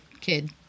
kid